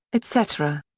etc.